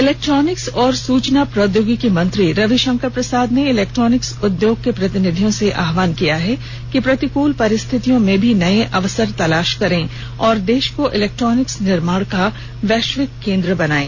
electronics और सूचना प्रौद्योगिकी मंत्री रविशंकर प्रसाद ने इलेक्ट्रॉनिक्स उद्योग के प्रतिनिधियों से आहवान किया है कि प्रतिकूल परिस्थितियों में भी नए अवसर की तलाश करें और देश को इलेक्ट्रॉनिक्स निर्माण का वैश्विक केन्द्र बनाएं